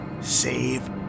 Save